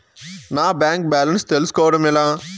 నా bank balance తెలుస్కోవడం ఎలా?